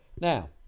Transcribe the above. Now